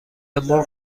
مرغ